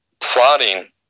plotting